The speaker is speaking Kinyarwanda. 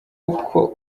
uko